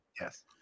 Yes